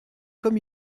comme